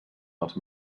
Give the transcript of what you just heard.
els